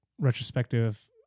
retrospective